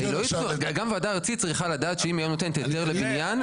גם וועדה ארצית צריכה לדעת שאם היא נותנת היתר לבניין,